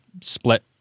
split